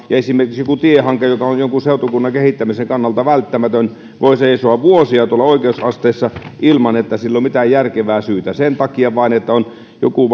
ja esimerkiksi joku tiehanke joka on jonkun seutukunnan kehittämisen kannalta välttämätön voi seisoa vuosia oikeusasteissa ilman että sillä on mitään järkevää syytä sen takia vain että joku